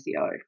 SEO